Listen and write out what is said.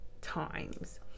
times